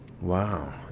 Wow